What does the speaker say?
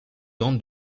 grande